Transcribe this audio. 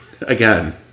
Again